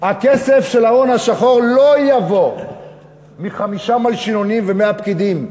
הכסף של ההון השחור לא יבוא מחמישה מלשינונים ו-100 פקידים.